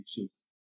issues